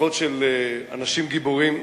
משפחות של אנשים גיבורים,